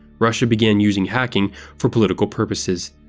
russia began using hacking for political purposes.